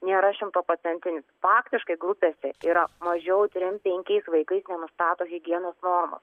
nėra šimtaprocentinis faktiškai grupėse yra mažiau trim penkiais vaikais nenustato higienos normų